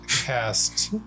cast